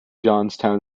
johnstown